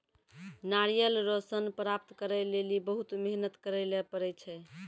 नारियल रो सन प्राप्त करै लेली बहुत मेहनत करै ले पड़ै छै